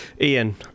ian